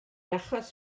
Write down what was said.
achos